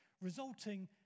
resulting